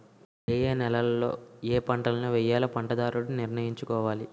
ఏయే నేలలలో ఏపంటలను వేయాలో పంటదారుడు నిర్ణయించుకోవాలి